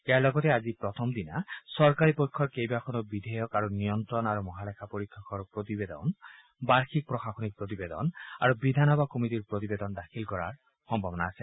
ইয়াৰ লগতে আজি প্ৰথম দিনা চৰকাৰী পক্ষৰ কেইবাখনো বিধেয়ক নিয়ন্ত্ৰক আৰু মহালেখা পৰীক্ষকৰ প্ৰতিবেদন বাৰ্ষিক প্ৰশাসনিক প্ৰতিবেদন আৰু বিধানসভা কমিটীৰ প্ৰতিবেদন দাখিল কৰাৰ সম্ভাৱনা আছে